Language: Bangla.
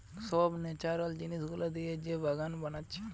সব ন্যাচারাল জিনিস গুলা দিয়ে যে বাগান বানাচ্ছে